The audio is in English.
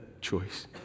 choice